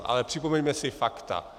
Ale připomeňme si fakta.